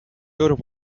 your